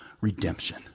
redemption